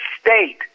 state